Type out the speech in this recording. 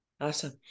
Awesome